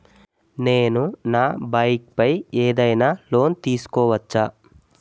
నేను నా బైక్ పై ఏదైనా లోన్ తీసుకోవచ్చా?